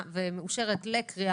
אני חושבת שזו אחת